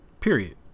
period